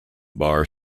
bar